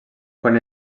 quan